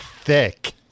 thick